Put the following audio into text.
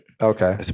Okay